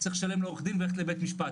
צריך לשלם לעורך דין וללכת לבית משפט,